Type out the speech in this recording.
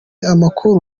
amakuru